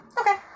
Okay